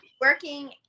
working